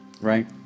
right